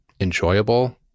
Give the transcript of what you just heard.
enjoyable